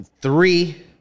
three